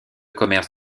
commerce